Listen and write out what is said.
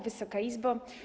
Wysoka Izbo!